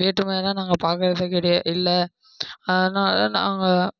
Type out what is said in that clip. வேற்றுமையெல்லாம் நாங்கள் பார்க்குறது கெ இல்லை அதனால் நாங்கள்